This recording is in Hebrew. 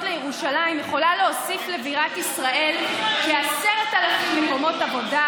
לירושלים יכולה להוסיף לבירת ישראל כ-10,000 מקומות עבודה